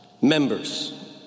members